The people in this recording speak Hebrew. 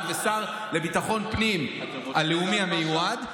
והשר לביטחון פנים הלאומי המיועד,